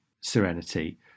serenity